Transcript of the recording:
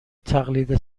تقلید